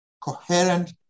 coherent